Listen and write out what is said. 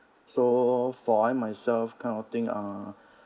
so for I myself kind of thing uh